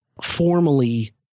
formally